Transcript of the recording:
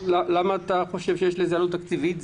למה אתה חושב שיש לזה עלות תקציבית?